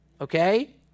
okay